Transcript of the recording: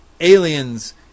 aliens